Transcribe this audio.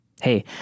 Hey